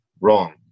wrong